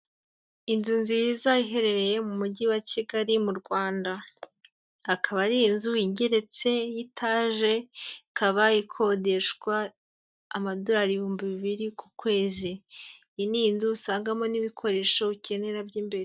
Inzu nziza iherereye mu mujyi wa Kigali mu Rwanda, akaba ari inzu igeretse y'itaje, ikaba ikodeshwa amadorari ibihumbi bibiri ku kwezi, iyi ni inzu usangagamo n'ibikoresho ukenera by'imbere.